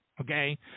Okay